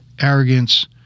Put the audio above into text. arrogance